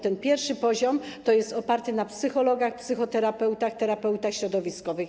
Ten pierwszy poziom jest oparty na psychologach, psychoterapeutach, terapeutach środowiskowych.